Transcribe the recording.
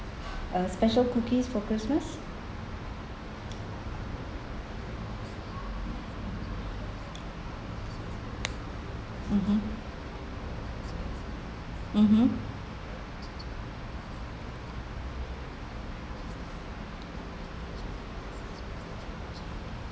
uh special cookies for christmas mmhmm mmhmm